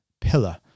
pillar